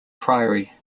priory